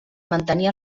mantenir